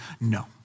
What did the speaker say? no